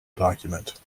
document